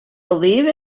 believe